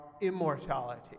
immortality